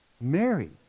Mary